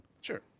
sure